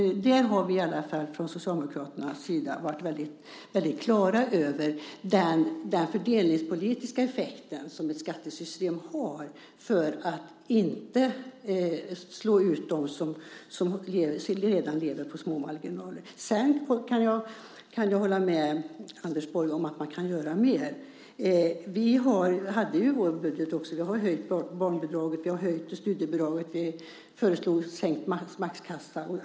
Från Socialdemokraternas sida har vi i alla fall varit helt på det klara med den fördelningspolitiska effekt som ett skattesystem ska ha för att inte slå ut dem som redan lever på små marginaler. Sedan kan jag hålla med Anders Borg om att man kan göra mer. Vi föreslog i vår budget också höjt barnbidrag och höjt studiebidrag. Vi föreslog sänkt maxtaxa.